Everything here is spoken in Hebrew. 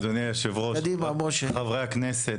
אדוני יושב הראש, חברי הכנסת,